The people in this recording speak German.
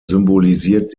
symbolisiert